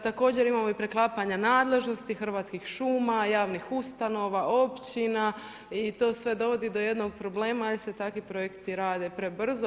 Također imamo i preklapanja nadležnosti Hrvatskim šuma, javnih ustanova, općina i to sve dovodi do jednog problema jer se takvi projekti rade prebrzo.